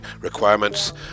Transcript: requirements